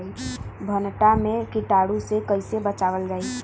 भनटा मे कीटाणु से कईसे बचावल जाई?